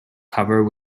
cover